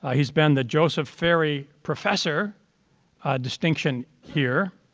ah he's been the joseph farry professor distinction here.